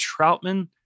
Troutman